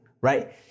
right